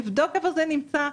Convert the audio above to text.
לבדוק איפה זה נמצא,